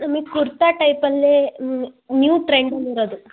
ನಮಿಗೆ ಕುರ್ತಾ ಟೈಪಲ್ಲೇ ನ್ಯೂ ಟ್ರೆಂಡಲ್ಲಿ ಇರೋದು